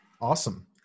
awesome